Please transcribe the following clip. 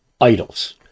idols